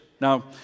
now